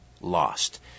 lost